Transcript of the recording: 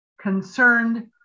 concerned